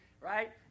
right